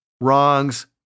wrongs